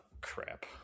Crap